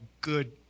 good